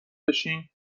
بشین